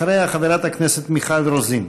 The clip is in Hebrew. אחריה, חברת הכנסת מיכל רוזין.